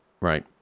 Right